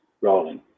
rolling